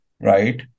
right